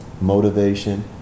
motivation